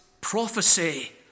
prophecy